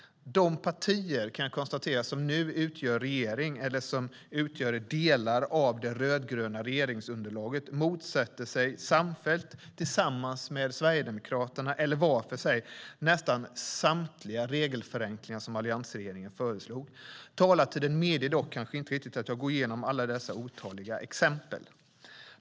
Jag kan konstatera att de partier som nu utgör delar av det rödgröna regeringsunderlaget, samfällt tillsammans med Sverigedemokraterna eller var för sig, motsätter sig nästan samtliga regelförenklingar som alliansregeringen föreslog. Talartiden medger dock inte att jag går igenom alla dessa exempel.